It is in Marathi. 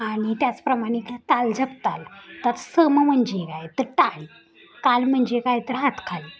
आणि त्याचप्रमाने का ताल झपताल तत्सम म्हणजे काय तर टाळी काल म्हणजे काय तर हात खाली